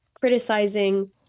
criticizing